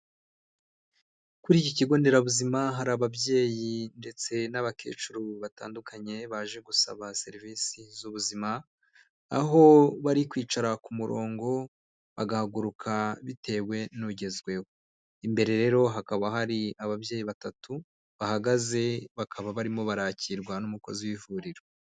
Kuri iki kigo nderabuzima hari ababyeyi ndetse n'abakecuru batandukanye baje gusaba serivisi z'ubuzima, aho bari kwicara ku murongo, bagahaguruka bitewe n'ugezweho. Imbere rero hakaba hari ababyeyi batatu bahagaze, bakaba barimo barakirwa n'umukozi w'ivuriro.